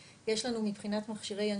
שיש לנו מבחינת מכשירי ינשוף,